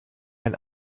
ein